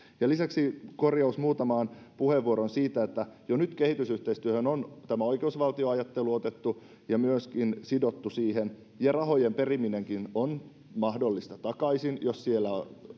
lisäksi korjaus muutamaan puheenvuoroon jo nyt kehitysyhteistyöhön on tämä oikeusvaltioajattelu otettu ja myöskin sidottu ja rahojen periminenkin takaisin on mahdollista jos siellä